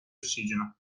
ossigeno